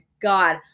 God